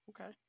okay